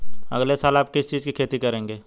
अगले साल आप किस चीज की खेती करेंगे?